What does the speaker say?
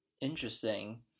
Interesting